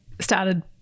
started